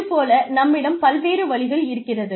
இது போல நம்மிடம் பல்வேறு வழிகள் இருக்கிறது